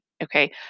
Okay